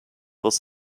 was